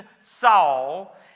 Saul